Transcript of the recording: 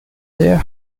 there